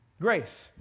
Grace